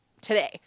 today